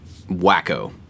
wacko